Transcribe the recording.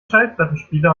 schallplattenspieler